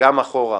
גם אחורה,